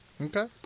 Okay